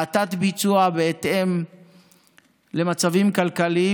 האטת ביצוע בהתאם למצבים כלכליים,